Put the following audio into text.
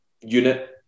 unit